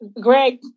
Greg